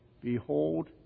behold